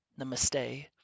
Namaste